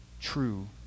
true